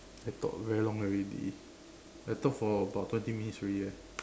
I talk very long already I talk for about twenty minutes already eh